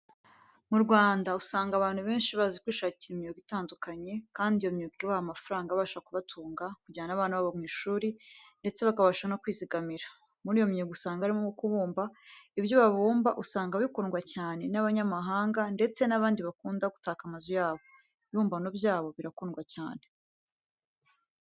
Mu Rwanda usanga abantu benshi bazi kwishakira imyuga itandukanye, kandi iyo myuga ibaha amafaranga abasha kubatunga, kujyana abana babo mu ishuri, ndetse bakabasha no kwizigamira. Muri iyo myuga usanga harimo uwo kubumba. Ibyo babumba usanga bikundwa cyane n'abanyamahanga ndetse n'abandi bakunda gutaka amazu yabo. Ibibumbano byabo birakundwa cyane.